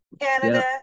Canada